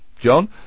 John